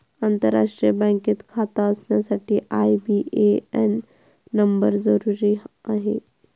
आंतरराष्ट्रीय बँकेत खाता असण्यासाठी आई.बी.ए.एन नंबर जरुरी आहे